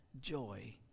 joy